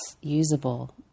usable